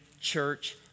church